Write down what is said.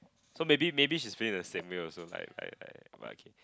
so maybe maybe she's feeling the same way also like like like right Kim